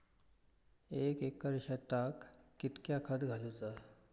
एक एकर शेताक कीतक्या खत घालूचा?